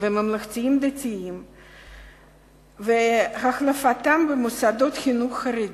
והממלכתיים-דתיים והחלפתם במוסדות חינוך חרדיים,